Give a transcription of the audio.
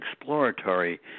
exploratory